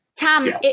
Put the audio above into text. Tom